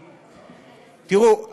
תראו,